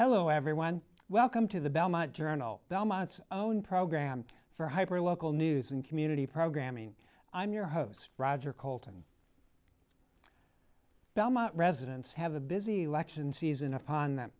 llo everyone welcome to the belmont journal belmont's own program for hyper local news and community programming i'm your host roger colton belmont residents have a busy lection season upon th